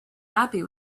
happy